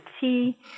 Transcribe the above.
tea